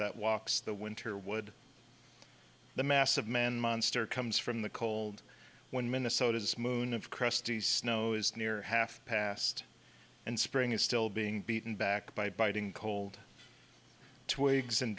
that walks the winter would the mass of man monster comes from the cold when minnesota's moon of crusty snow is near half past and spring is still being beaten back by biting cold twigs and